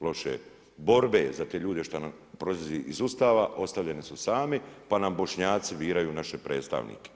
loše borbe za te ljude što nam proizlazi iz Ustava, ostavljeni su sami pa nam Bošnjaci biraju naše predstavnike.